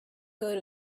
good